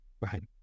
right